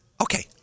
okay